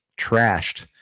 trashed